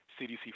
CDC